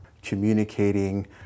communicating